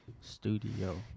studio